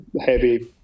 heavy